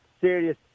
Serious